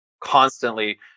constantly